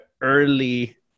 early